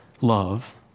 love